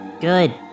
good